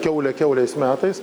kiaulę kiaulės metais